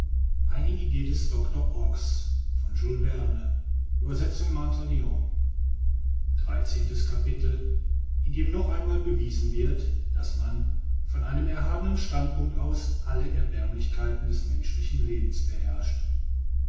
dreizehntes capitel in dem noch ein mal bewiesen wird daß man von einem erhabenen standpunkt aus alle erbärmlichkeiten des menschlichen lebens beherrscht